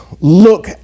look